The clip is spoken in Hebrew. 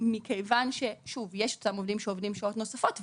מכיוון שיש עובדים שעובדים שעות נוספות,